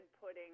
pudding